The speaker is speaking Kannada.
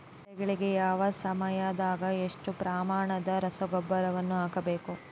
ಬೆಳೆಗಳಿಗೆ ಯಾವ ಯಾವ ಸಮಯದಾಗ ಎಷ್ಟು ಪ್ರಮಾಣದ ರಸಗೊಬ್ಬರವನ್ನು ಹಾಕಬೇಕು?